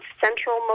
central